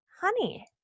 honey